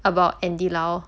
about andy lau